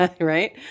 right